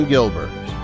Gilbert